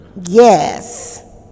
yes